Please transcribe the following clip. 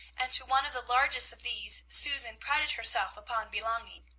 and to one of the largest of these susan prided herself upon belonging.